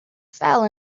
fell